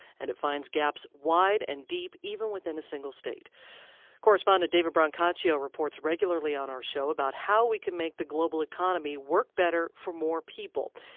and it finds gaps wide and deep even within a single state correspondent david brancaccio reports regularly on our show about how we can make the global economy work better for more people.